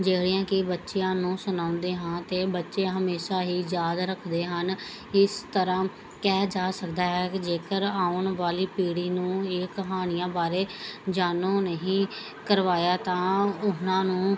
ਜਿਹੜੀਆਂ ਕਿ ਬੱਚਿਆਂ ਨੂੰ ਸੁਣਾਉਂਦੇ ਹਾਂ ਅਤੇ ਬੱਚੇ ਹਮੇਸ਼ਾ ਹੀ ਯਾਦ ਰੱਖਦੇ ਹਨ ਇਸ ਤਰ੍ਹਾਂ ਕਿਹਾ ਜਾ ਸਕਦਾ ਹੈ ਜੇਕਰ ਆਉਣ ਵਾਲੀ ਪੀੜ੍ਹੀ ਨੂੰ ਇਹ ਕਹਾਣੀਆਂ ਬਾਰੇ ਜਾਣੂ ਨਹੀਂ ਕਰਵਾਇਆ ਤਾਂ ਉਹਨਾਂ ਨੂੰ